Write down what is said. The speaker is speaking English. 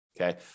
okay